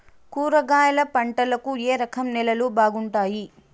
కూరగాయల పంటలకు ఏ రకం నేలలు బాగుంటాయి?